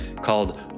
called